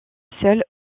seul